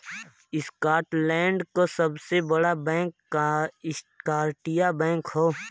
Scotland क सबसे बड़ा बैंक स्कॉटिया बैंक हौ